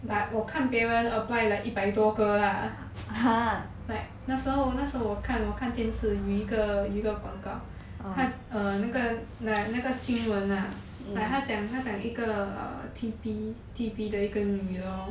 but 我看别人 apply like 一百多个 lah like 那时候那时候我看我看电视有一个有一个广告他 err 那个 like 那个新闻 lah 他讲他讲 err 一个 T_P T_P 的一个女的 lor